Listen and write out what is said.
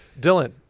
Dylan